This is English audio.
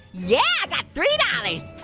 yeah i got three dollars.